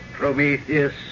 Prometheus